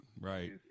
right